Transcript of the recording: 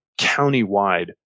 countywide